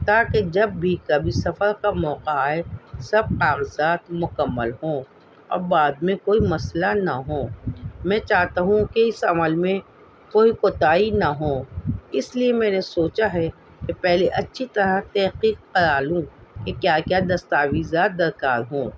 تاکہ جب بھی کبھی سفر کا موقع آئے سب کاغذات مکمل ہوں اور بعد میں کوئی مسئلہ نہ ہو میں چاہتا ہوں کہ اس عمل میں کوئی کوتاہی نہ ہو اس لیے میں نے سوچا ہے کہ پہلے اچھی طرح تحقیق کرا لوں کہ کیا کیا دستاویزات درکار ہوں